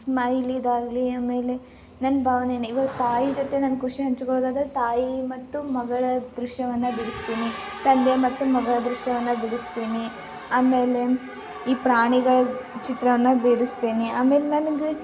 ಸ್ಮೈಲಿದಾಗಲಿ ಆಮೇಲೆ ನನ್ನ ಭಾವನೇನ ಇವಾಗ ತಾಯಿ ಜೊತೆ ನನ್ನ ಖುಷಿ ಹಂಚ್ಕೊಳ್ಳೋದಾದ್ರೆ ತಾಯಿ ಮತ್ತು ಮಗಳ ದೃಶ್ಯವನ್ನು ಬಿಡಿಸ್ತೀನಿ ತಂದೆ ಮತ್ತು ಮಗಳ ದೃಶ್ಯವನ್ನು ಬಿಡಿಸ್ತೀನಿ ಆಮೇಲೆ ಈ ಪ್ರಾಣಿಗಳ ಚಿತ್ರವನ್ನು ಬಿಡಿಸ್ತೀನಿ ಆಮೇಲೆ ನನಗೆ